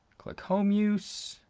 click home use,